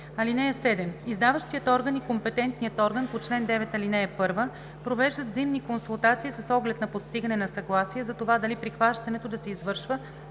(7) Издаващият орган и компетентният орган по чл. 9, ал. 1 провеждат взаимни консултации с оглед на постигане на съгласие за това дали прихващането да се извършва